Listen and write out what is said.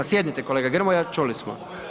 Sjednite kolega Grmoja, čuli smo.